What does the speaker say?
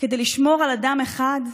כדי לשמור על אדם אחד?